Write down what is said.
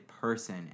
person